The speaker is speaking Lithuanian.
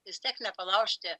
vis tiek nepalaužti